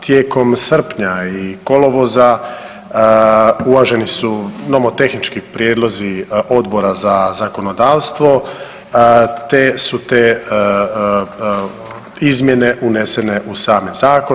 Tijekom srpnja i kolovoza uvaženi su nomotehnički prijedlozi Odbora za zakonodavstvo te su te izmjene unesene u sam zakon.